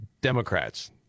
Democrats